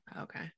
okay